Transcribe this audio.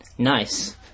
Nice